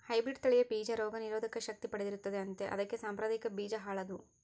hybrid ತಳಿಯ ಬೀಜ ರೋಗ ನಿರೋಧಕ ಶಕ್ತಿ ಪಡೆದಿರುತ್ತದೆ ಅಂತೆ ಅದಕ್ಕೆ ಸಾಂಪ್ರದಾಯಿಕ ಬೀಜ ಹಾಳಾದ್ವು